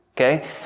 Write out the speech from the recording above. okay